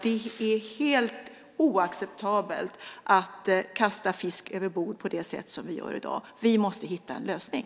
Det är helt oacceptabelt att kasta fisk över bord på det sätt som vi gör i dag. Vi måste hitta en lösning.